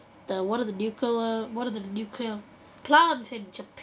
the one of the nuclear one of the nuclear plants in japan